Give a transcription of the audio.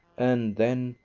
and then,